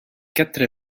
quatre